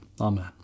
Amen